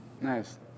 Nice